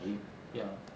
if ya